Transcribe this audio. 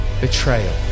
betrayal